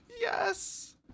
Yes